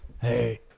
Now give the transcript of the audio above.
Hey